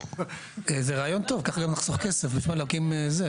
זה רעיון טוב ככה נחסוך כסף להקים זה,